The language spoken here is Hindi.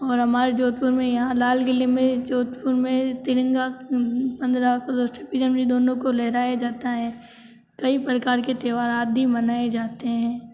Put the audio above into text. और हमारे जोधपुर मैं यहाँ लाल किले में जोधपुर में तिरंगा पंद्रह अगस्त छब्बीस जनवरी दोनों को लहराया जाता है कई प्रकार के त्योहार आदि मनाए जाते हैं